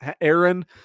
Aaron